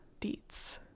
deets